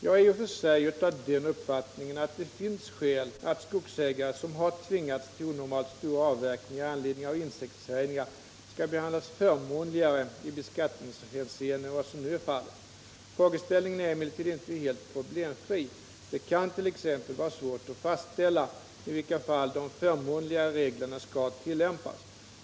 Jag är i och för sig av den uppfattningen att det finns skäl att skogsägare som har tvingats till onormalt stora avverkningar i anledning av insektshärjningar skall behandlas förmånligare i beskattningshänseende än vad som nu är fallet. Frågeställningen är emellertid inte helt problemfri. Det kan t.ex. vara svårt att fastställa i vilka fall de förmånligare reglerna skall tillämpas.